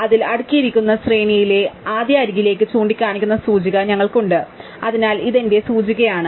അതിനാൽ അടുക്കിയിരിക്കുന്ന ശ്രേണിയിലെ ആദ്യ അരികിലേക്ക് ചൂണ്ടിക്കാണിക്കുന്ന സൂചിക ഞങ്ങൾക്കുണ്ട് അതിനാൽ ഇത് എന്റെ സൂചികയാണ്